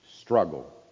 struggle